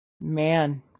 Man